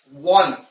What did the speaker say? one